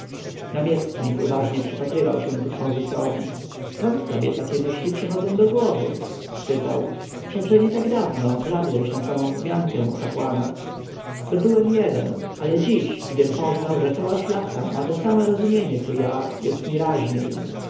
namiestnik uważnie przypatrywał się tutmozisowi skąd tobie takie myśli przychodzą do głowy spytał wszakże nie tak dawno bladłeś na samą wzmiankę o kapłanach bo byłem jeden ale dziś gdym poznał że cała szlachta ma to samo rozumienie co ja jest mi raźniej